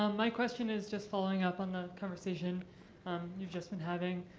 um my question is just following up on the conversation you've just been having.